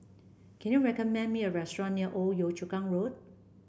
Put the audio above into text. can you recommend me a restaurant near Old Yio Chu Kang Road